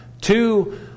Two